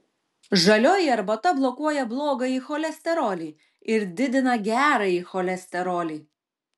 žalioji arbata blokuoja blogąjį cholesterolį ir didina gerąjį cholesterolį